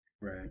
Right